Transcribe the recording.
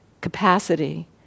capacity